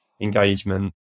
engagement